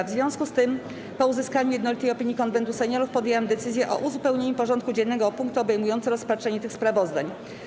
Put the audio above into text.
W związku z tym, po uzyskaniu jednolitej opinii Konwentu Seniorów, podjęłam decyzję o uzupełnieniu porządku dziennego o punkty obejmujące rozpatrzenie tych sprawozdań.